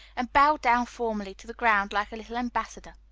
and bowed down formally to the ground, like a little ambassador.